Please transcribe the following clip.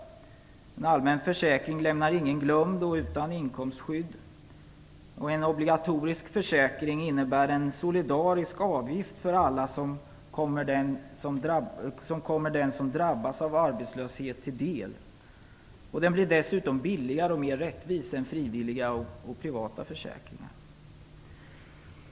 En allmän försäkring lämnar ingen glömd och utan inkomstskydd. En obligatorisk försäkring innebär en solidarisk avgift för alla, som kommer den som drabbas av arbetslöshet till del. Den blir dessutom billigare och mer rättvis än frivilliga och privata försäkringar.